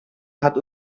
hat